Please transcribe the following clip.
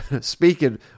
speaking